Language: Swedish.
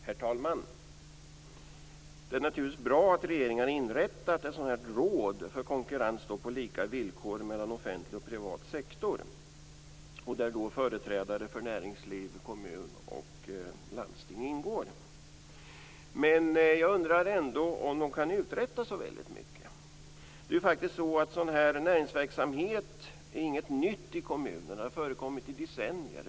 Herr talman! Det är naturligtvis bra att regeringen inrättat ett råd för konkurrens på lika villkor mellan offentlig och privat sektor, där företrädare för näringsliv, kommun och landsting ingår. Men jag undrar ändå om det kan uträtta så väldigt mycket. Sådan här näringsverksamhet är faktiskt inte något nytt i kommunerna. Det har förekommit i decennier.